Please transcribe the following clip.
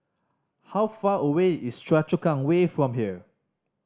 how far away is Choa Chu Kang Way from here